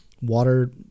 water